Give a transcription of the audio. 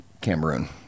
Cameroon